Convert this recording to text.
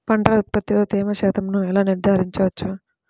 పంటల ఉత్పత్తిలో తేమ శాతంను ఎలా నిర్ధారించవచ్చు?